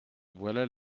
voilà